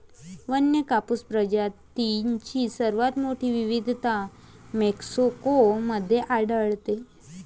वन्य कापूस प्रजातींची सर्वात मोठी विविधता मेक्सिको मध्ये आढळते